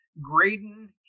Graydon